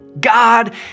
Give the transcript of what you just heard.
God